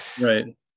right